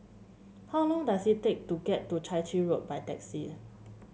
how long does it take to get to Chai Chee Road by taxi